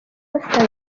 basangiye